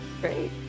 Great